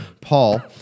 Paul